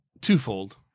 twofold